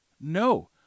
No